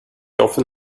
often